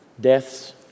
Death's